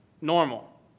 normal